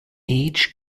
each